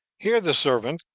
here the servant,